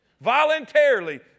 voluntarily